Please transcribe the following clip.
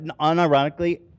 Unironically